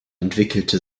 entwickelte